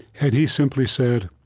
and he simply said,